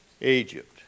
Egypt